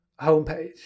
homepage